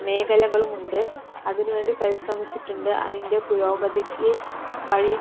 മേഖലകളും ഉണ്ട് അതിനു വേണ്ടി പരിശ്രമിച്ചിട്ടുണ്ട് അതിൻ്റെ പുരോഗതിക്ക് വഴി